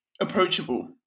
approachable